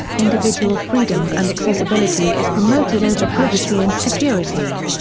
individual freedom and accessibility is promoted over privacy and security.